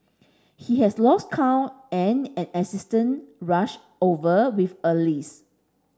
he has lost count and an assistant rush over with a list